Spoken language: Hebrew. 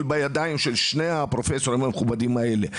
דרך הידיים של שני הפרופסורים המכובדים האלה,